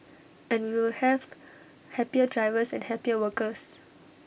and we will have happier drivers and happier workers